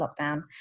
lockdown